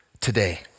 today